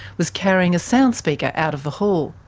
was carrying a sound speaker out of the hall.